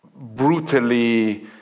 brutally